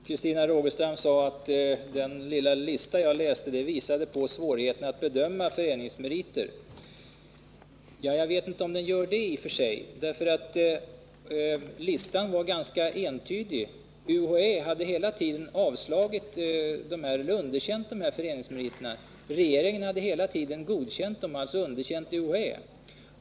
Herr talman! Christina Rogestam sade att den lilla lista som jag läste upp visade på svårigheterna att bedöma föreningsmeriter. Jag vet inte om den gör det i och för sig. Listan var ju ganska entydig. UHÄ hade hela tiden underkänt föreningsmeriterna, men regeringen hade hela tiden godkänt dem, alltså underkänt UHÄ.